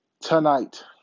tonight